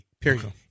period